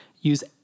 Use